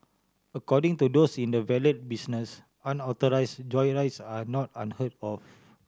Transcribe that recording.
according to those in the valet business unauthorise joyrides are not unheard of